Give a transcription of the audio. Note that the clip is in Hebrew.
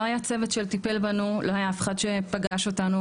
לא היה צוות שטיפל בנו, לא היה אף אחד שפגש אותנו.